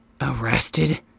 Arrested